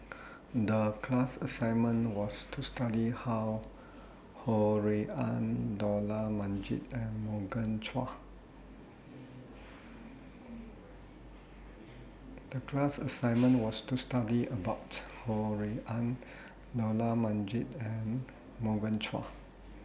The class assignment was to study How Ho Rui An Dollah Majid and Morgan Chua